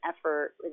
effort